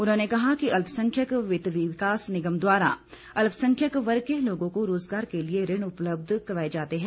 उन्होंने कहा कि अल्पसंख्यक वित्त विकास निगम द्वारा अल्पसंख्यक वर्ग के लोगों को रोजगार के लिए ऋण उपल्ब्ध करवाए जाते है